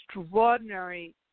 extraordinary